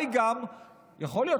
יכול להיות,